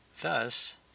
Thus